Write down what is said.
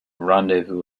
rendezvous